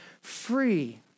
free